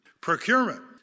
Procurement